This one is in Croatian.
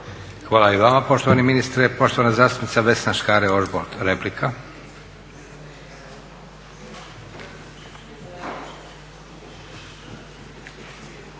Hvala i vama poštovani ministre. Poštovana zastupnica Vesna Škare-Ožbolt, replika.